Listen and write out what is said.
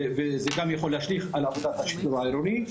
שזה גם יכול להשליך על עבודת השיטור העירוני.